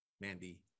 Mandy